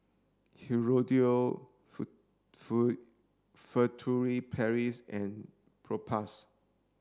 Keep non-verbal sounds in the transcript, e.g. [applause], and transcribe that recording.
Hirudoid [unintelligible] Furtere Paris and Propass